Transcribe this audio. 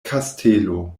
kastelo